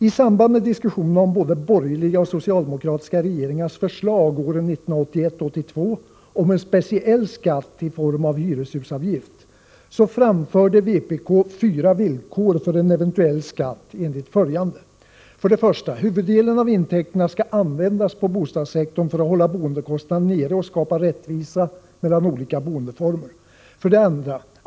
I samband med diskussionerna om både borgerliga och socialdemokratiska regeringars förslag åren 1981 och 1982 om en speciell skatt i form av hyreshusavgift framförde vpk fyra villkor för en eventuell skatt enligt följande: 1. Huvuddelen av intäkterna skall användas på bostadssektorn för att hålla boendekostnaderna nere och skapa rättvisa mellan olika boendeformer. 2.